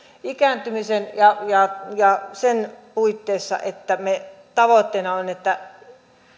ikääntymisen ja ja sen puitteissa että tavoitteena on on että